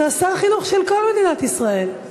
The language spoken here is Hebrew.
אתה שר החינוך של כל מדינת ישראל.